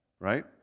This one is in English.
right